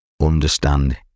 understand